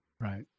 Right